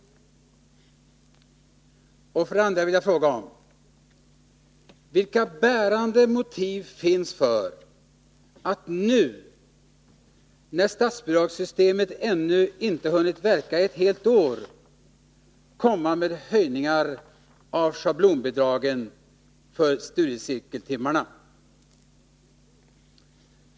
Vidare vill jag fråga: Vilka bärande motiv finns för att nu, när statsbidragssystemet ännu inte hunnit verka ett helt år, föreslå höjningar av schablonbidraget för studiecirkeltimmarna?